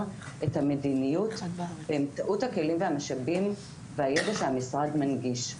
את המדיניות באמצעות הכלים והמשאבים והידע שהמשרד מנגיש.